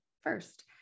first